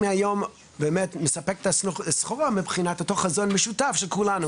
כדי שנוכל היום לספק את הסחורה מבחינת אותו חזון משותף של כולנו